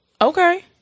okay